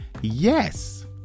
Yes